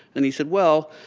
and he said, well,